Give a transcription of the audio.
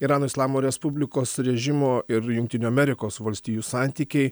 irano islamo respublikos režimo ir jungtinių amerikos valstijų santykiai